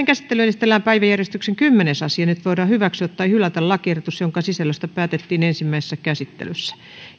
käsittelyyn esitellään päiväjärjestyksen kymmenes asia nyt voidaan hyväksyä tai hylätä lakiehdotus jonka sisällöstä päätettiin ensimmäisessä käsittelyssä